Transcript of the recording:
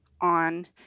on